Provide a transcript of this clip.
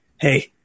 hey